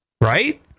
right